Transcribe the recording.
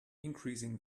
increasing